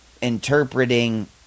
interpreting